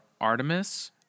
Artemis